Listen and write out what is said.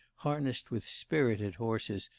harnessed with spirited horses,